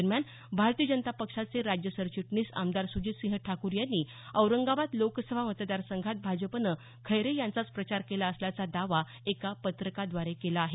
दरम्यान भारतीय जनता पक्षाचे राज्य सरचिटणीस आमदार सुजितसिंह ठाकूर यांनी औरंगाबाद लोकसभा मतदार संघात भाजपने खैरे यांचाच प्रचार केला असल्याचा दावा एका पत्रकाद्वारे केला आहे